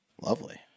Lovely